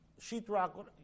sheetrock